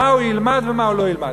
מה הוא ילמד ומה הוא לא ילמד.